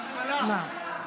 כלכלה.